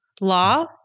Law